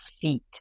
feet